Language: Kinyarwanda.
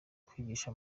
kwigisha